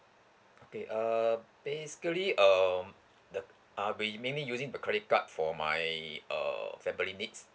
okay uh basically um the I'll be maybe using the credit card for my uh family needs